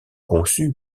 conçu